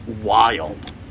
wild